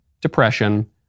depression